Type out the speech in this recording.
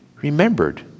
remembered